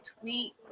tweet